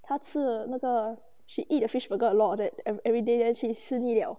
她吃了那 she eat fish burger a lot that everyday then she 吃腻了